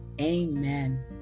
Amen